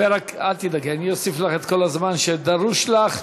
אל תדאגי, אוסיף לך את כל הזמן שדרוש לך.